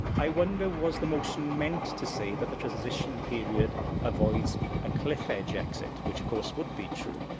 i wonder was the motion meant to say that the transition period avoids a cliff-edge exit, which, of course, would be true.